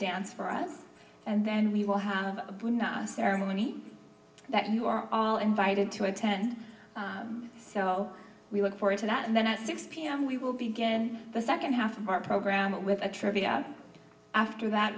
dance for us and then we will have been us ceremony that you are all invited to attend so we look forward to that and then at six pm we will begin the second half of our program with a trivia after that